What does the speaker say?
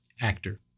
actor